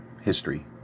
history